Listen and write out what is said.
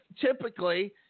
Typically